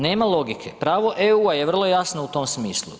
Nema logike, pravo EU-a je vrlo jasno u tom smislu.